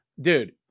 Dude